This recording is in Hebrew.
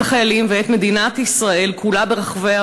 את החיילים ואת מדינת ישראל כולה ברחבי